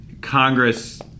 congress